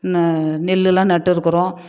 ந நெல்லுலாம் நட்டுயிருக்குறோம்